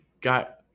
got